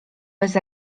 bez